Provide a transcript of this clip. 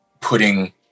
putting